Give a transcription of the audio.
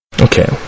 Okay